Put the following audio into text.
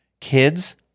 kids